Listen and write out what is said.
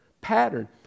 pattern